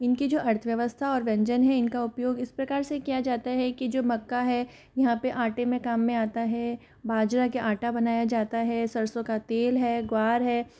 इनकी जो अर्थव्यवस्था और व्यंजन है इनका उपयोग इस प्रकार से किया जाता है कि जो मक्का है यहाँ पर आटे में काम में आता है बाजरा का आटा बनाया जाता है सरसों का तेल है ग्वार है